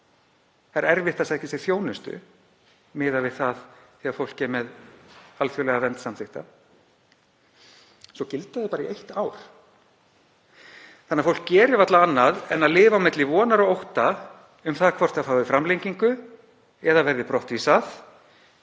það er erfitt að sækja sér þjónustu miðað við það þegar fólk er með alþjóðlega vernd samþykkta, svo gilda þau bara í eitt ár þannig að fólk gerir varla annað en að lifa milli vonar og ótta um hvort það fái framlengingu eða verði brottvísað,